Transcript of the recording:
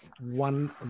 one